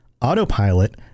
autopilot